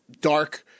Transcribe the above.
dark